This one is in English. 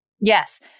Yes